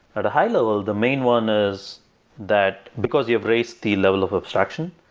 at a high level the main one is that because you've raised the level of abstraction,